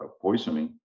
poisoning